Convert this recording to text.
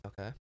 okay